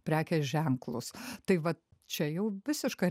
prekės ženklus tai va čia jau visiška